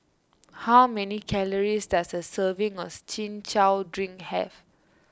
how many calories does a serving of Chin Chow Drink have